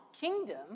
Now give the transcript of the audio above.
kingdom